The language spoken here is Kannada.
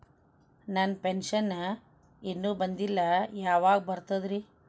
ನನ್ನ ಪೆನ್ಶನ್ ಇನ್ನೂ ಬಂದಿಲ್ಲ ಯಾವಾಗ ಬರ್ತದ್ರಿ?